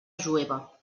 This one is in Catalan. jueva